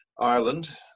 Ireland